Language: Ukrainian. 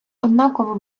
однаково